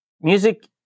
music